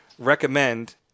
recommend